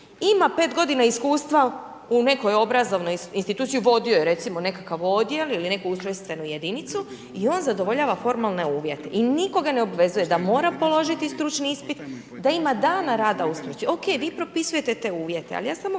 ima 5 godina iskustva u nekoj obrazovnoj instituciji, vodio je, recimo, nekakav odjel ili neku ustrojstvenu jedinicu i on zadovoljava formalne uvjete i nikoga ne obvezuje da mora položiti stručni ispit, da ima dana rada u struci, okej, vi propisujete te uvjete, ali ja samo